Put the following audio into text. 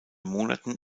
monaten